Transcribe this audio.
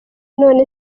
none